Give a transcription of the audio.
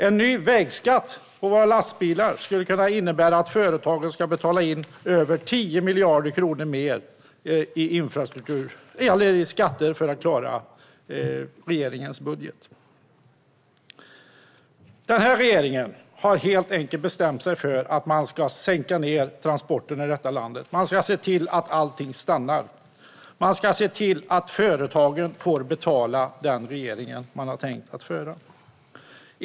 En ny vägskatt på våra lastbilar kan innebära att företagen ska betala in över 10 miljarder kronor mer i skatter för att regeringen ska klara sin budget. Regeringen har helt enkelt bestämt sig för att sänka transporterna i detta land. Man ska se till att allt stannar. Man ska se till att företagen får betala den politik man har tänkt föra.